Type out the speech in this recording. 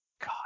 God